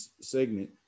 segment